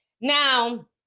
Now